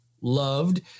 loved